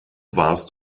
warst